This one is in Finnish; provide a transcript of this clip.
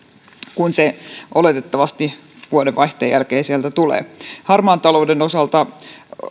kun se oletettavasti vuodenvaihteen jälkeen sieltä tulee harmaan talouden osalta